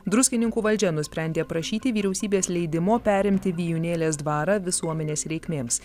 druskininkų valdžia nusprendė prašyti vyriausybės leidimo perimti vijūnėlės dvarą visuomenės reikmėms